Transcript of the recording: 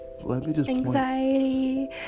anxiety